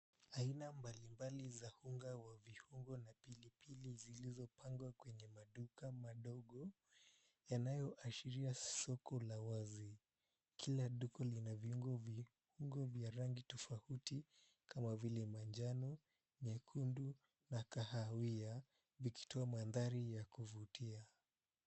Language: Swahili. Aina mbalimbali za unga wa viungo na pilipili zilizopangwa kwenye maduka madogo yanayoashiria soko la wazi kila duka lina viungo vya rangi tofauti kama vile manjano, nyekundu na kahawia vikitoa mandhari ya kuvutia.